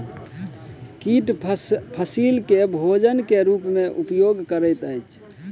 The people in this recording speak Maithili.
कीट फसील के भोजन के रूप में उपयोग करैत अछि